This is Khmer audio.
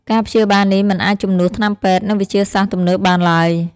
ការព្យាបាលនេះមិនអាចជំនួសថ្នាំពេទ្យ និងវិទ្យាសាស្ត្រទំនើបបានឡើយ។